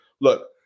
look